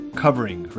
covering